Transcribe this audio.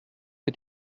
que